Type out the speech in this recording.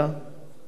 חוץ וביטחון.